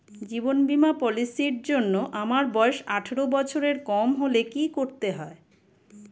জীবন বীমা পলিসি র জন্যে আমার বয়স আঠারো বছরের কম হলে কি করতে হয়?